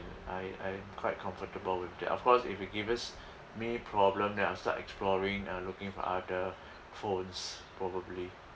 I I'm quite comfortable with that of course if you give us me problem then I'll start exploring uh looking for other phones probably